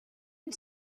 and